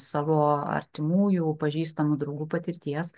savo artimųjų pažįstamų draugų patirties